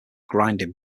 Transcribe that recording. grinding